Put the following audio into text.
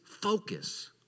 focus